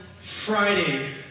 Friday